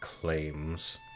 claims